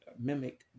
mimic